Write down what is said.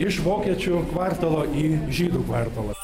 iš vokiečių kvartalo į žydų kvartalą